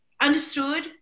understood